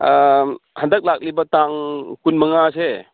ꯍꯟꯗꯛ ꯂꯥꯛꯂꯤꯕ ꯇꯥꯡ ꯀꯨꯟ ꯃꯉꯥꯁꯦ